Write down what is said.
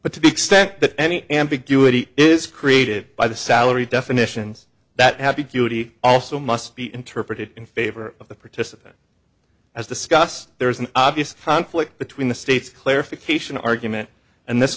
but to the extent that any ambiguity is created by the salary definitions that happy duty also must be interpreted in favor of the participant as discussed there is an obvious conflict between the states clarification argument and this